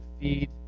feed